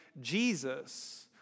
Jesus